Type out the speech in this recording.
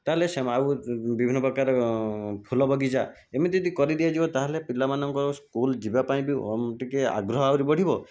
ତାହେଲେ ସେମା ଆଉ ବିଭିନ୍ନପ୍ରକାର ଫୁଲବଗିଚା ଏମିତି ଯଦି କରିଦିଆଯିବ ତାହେଲେ ପିଲାମାନଙ୍କର ସ୍କୁଲ ଯିବାପାଇଁ ବି ଟିକିଏ ଆଗ୍ରହ ଆହୁରି ବଢ଼ିବ